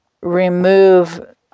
remove